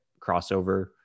crossover